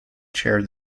chaired